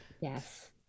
Yes